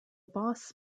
boss